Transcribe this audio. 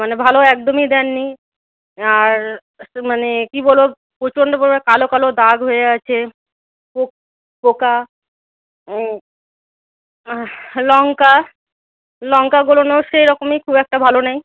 মানে ভালো একদমই দেননি আর মানে কী বলব প্রচণ্ড পরিমাণে কালো কালো দাগ হয়ে আছে পোকা লঙ্কা লঙ্কাগুলোও সেরকমই খুব একটা ভালো নেই